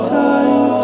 time